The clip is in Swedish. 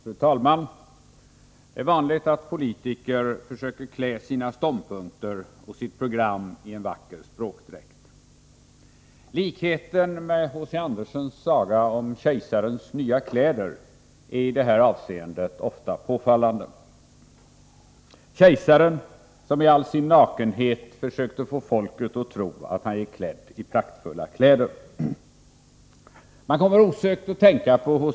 Fru talman! Det är vanligt att politiker försöker klä sina ståndpunkter och sitt program i en vacker språkdräkt. Likheten med H. C. Andersens saga om kejsarens nya kläder är i det här avseendet ofta påfallande — sagan om kejsaren som i all sin nakenhet försökte få folket att tro att han gick klädd i praktfulla kläder. Man kommer osökt att tänka på H.